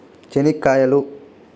చెనిక్కాయలు